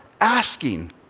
asking